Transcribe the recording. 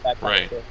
Right